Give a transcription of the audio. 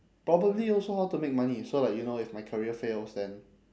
probably also how to make money so like you know if my career fails then